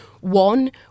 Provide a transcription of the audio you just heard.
One